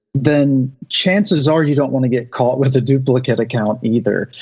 then chances are you don't wanna get caught with a duplicate account either.